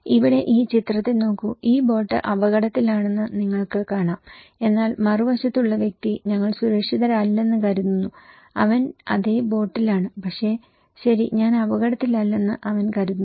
ഇവിടെ ഈ ചിത്രത്തിൽ നോക്കൂ ഈ ബോട്ട് അപകടത്തിലാണെന്ന് നിങ്ങൾക്ക് കാണാം എന്നാൽ മറുവശത്തുള്ള വ്യക്തി ഞങ്ങൾ സുരക്ഷിതരല്ലെന്ന് കരുതുന്നു അവൻ അതേ ബോട്ടിലാണ് പക്ഷേ ശരി ഞാൻ അപകടത്തിലല്ലെന്ന് അവൻ കരുതുന്നു